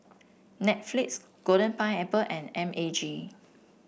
Netflix Golden Pineapple and M A G